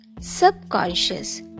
subconscious